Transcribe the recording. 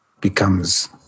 becomes